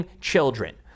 children